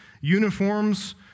uniforms